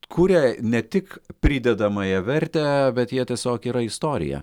kuria ne tik pridedamąją vertę bet jie tiesiog yra istorija